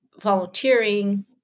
volunteering